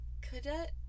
cadet